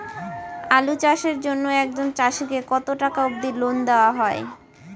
আলু চাষের জন্য একজন চাষীক কতো টাকা অব্দি লোন দেওয়া হয়?